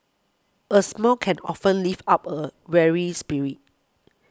a smile can often lift up a weary spirit